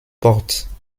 porte